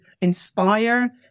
inspire